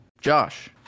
Josh